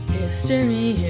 history